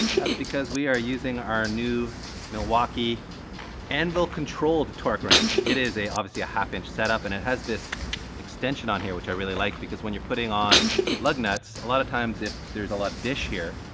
that's because we are using our new milwaukee anvil controlled torque wrench. it is a obviously a half-inch setup, and it has this extension on here, which i really like because when you're putting on lug nuts, a lot of times if there's a lot of dish here,